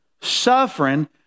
suffering